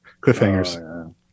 cliffhangers